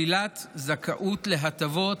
שלילת זכאות להטבות